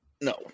No